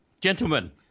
gentlemen